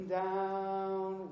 down